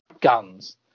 guns